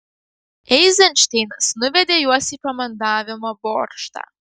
eizenšteinas nuvedė juos į komandavimo bokštą